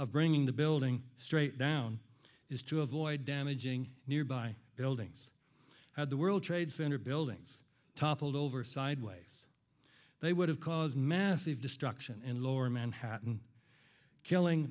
of bringing the building straight down is to avoid damaging nearby buildings had the world trade center buildings toppled over sideways they would have caused massive destruction in lower manhattan killing